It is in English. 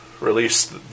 release